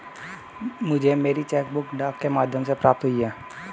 मुझे मेरी cheque book डाक के माध्यम से प्राप्त हुई है